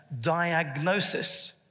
Diagnosis